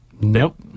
nope